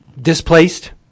displaced